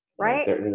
Right